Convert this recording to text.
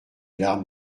larmes